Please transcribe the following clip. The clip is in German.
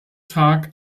tag